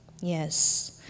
yes